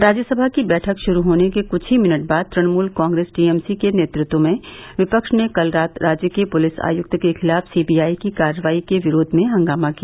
राज्यसभा की बैठक शुरू होने के कुछ ही मिनट बाद तृणमूल कांग्रेस टीएमसी के नेतृत्व में विपक्ष ने कल रात राज्य के पुलिस आयक्त के खिलाफ सीबीआई की कार्रवाई के विरोध में हंगामा किया